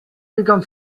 became